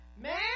man